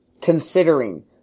considering